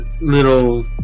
little